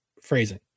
phrasing